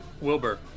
Wilbur